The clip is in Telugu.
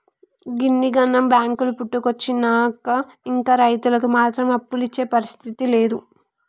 గిన్నిగనం బాంకులు పుట్టుకొచ్చినా ఇంకా రైతులకు మాత్రం అప్పులిచ్చే పరిస్థితి లేదు